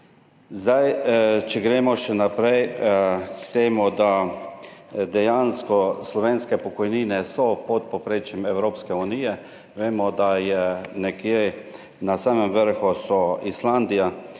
več. Če gremo še naprej k temu, da so dejansko slovenske pokojnine pod povprečjem Evropske unije, vemo, da je nekje na samem vrhu Islandija.